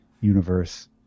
universe